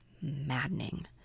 maddening